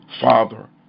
father